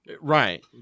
Right